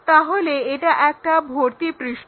তাহলে এটা একটা ভর্তি পৃষ্ঠ